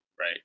Right